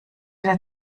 der